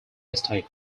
estate